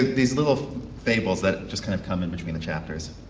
these little fables that just kind of come in between the chapters.